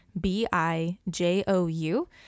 B-I-J-O-U